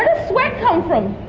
ah sweat come from?